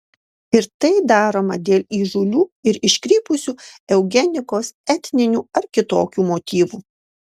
ir tai daroma dėl įžūlių ir iškrypusių eugenikos etninių ar kitokių motyvų